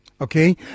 Okay